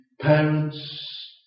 Parents